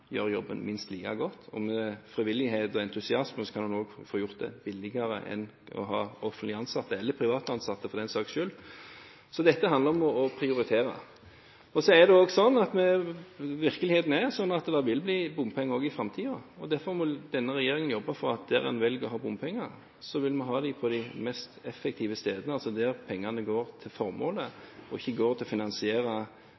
gjør jobben minst like godt. Med frivillighet og entusiasme kan man også få gjort det billigere enn ved å ha offentlig ansatte – eller privat ansatte for den saks skyld. Så dette handler om å prioritere. Så er virkeligheten sånn at det vil bli bompenger også i framtiden. Derfor må denne regjeringen jobbe for at der en velger å ha bompenger, skal være de mest effektive stedene, der pengene går til